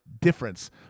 difference